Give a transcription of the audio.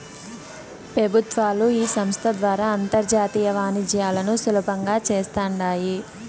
పెబుత్వాలు ఈ సంస్త ద్వారా అంతర్జాతీయ వాణిజ్యాలను సులబంగా చేస్తాండాయి